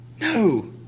No